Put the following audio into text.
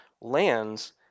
lands